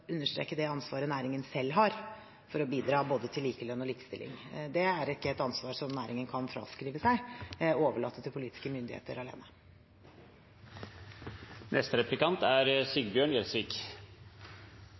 understreke det ansvaret næringen selv har for å bidra både til likelønn og til likestilling. Det er ikke et ansvar som næringen kan fraskrive seg og overlate til politiske myndigheter